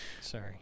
Sorry